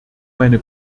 meine